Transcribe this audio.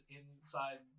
inside